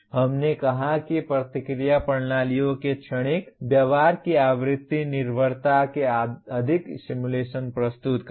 हमने कहा कि प्रतिक्रिया प्रणालियों के क्षणिक व्यवहार की आवृत्ति निर्भरता के अधिक सिमुलेशन प्रस्तुत करें